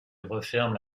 referme